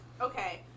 Okay